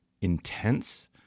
Intense